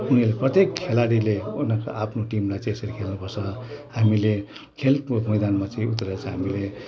उनीहरू प्रत्येक खेलाडीले उनीहरू आफ्नो टिमलाई चाहिँ यसरी खेल्नु पर्छ हामीले खेलको मैदानमा चाहिँ उत्रेर चाहिँ हामीले